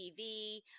TV